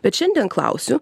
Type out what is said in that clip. bet šiandien klausiu